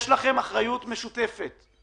יש לכם אחריות משותפת,